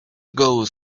goes